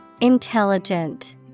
Intelligent